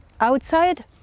outside